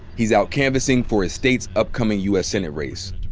he's out canvassing for his state's upcoming u. s. senate race,